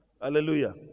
Hallelujah